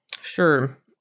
Sure